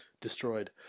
destroyed